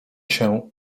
się